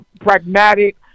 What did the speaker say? pragmatic